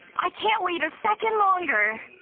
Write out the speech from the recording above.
i can't wait a second longer!